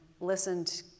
listened